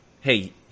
hey